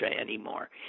anymore